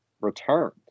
returned